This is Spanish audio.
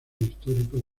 histórico